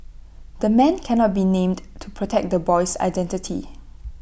the man cannot be named to protect the boy's identity